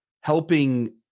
helping